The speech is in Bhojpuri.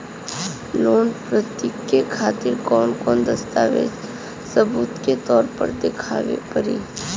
लोन प्राप्ति के खातिर कौन कौन दस्तावेज सबूत के तौर पर देखावे परी?